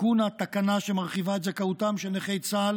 בתיקון התקנה שמרחיבה את זכאותם של נכי צה"ל